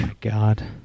God